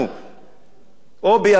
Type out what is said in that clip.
או יוון, או ספרד.